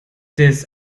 des